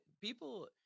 People